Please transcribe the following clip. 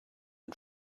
and